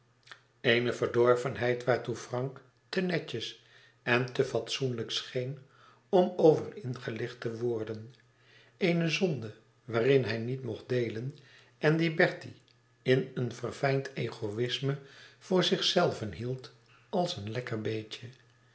eene verdorvenheid waartoe frank te netjes en te fatsoenlijk scheen om over ingelicht te worden eene zonde waarin hij niet mocht deelen en die bertie in een verfijnd egoïsme voor zichzelven hield als een lekker beetje